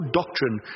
doctrine